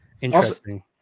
Interesting